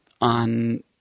on